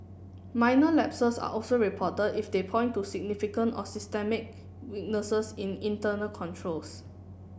minor lapses are also reported if they point to significant or systemic weaknesses in internal controls